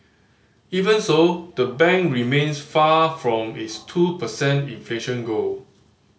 even so the bank remains far from its two per cent inflation goal